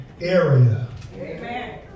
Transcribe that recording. area